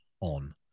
on